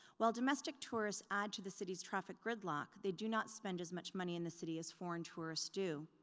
while domestic tourists add to the city's traffic gridlock they do not spend as much money in the city as foreign tourists do.